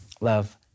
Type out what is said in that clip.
Love